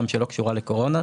גם שלא קשורה לקורונה.